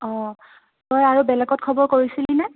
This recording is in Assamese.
অ' তই আৰু বেলেগত খবৰ কৰিছিলিনে